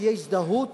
שתהיה הזדהות